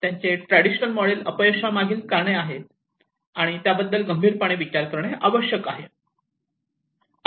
त्यांचे traditional model अपयशामागील कारणे आहेत आणि त्याबद्दल गंभीरपणे विचार करणे आवश्यक आहे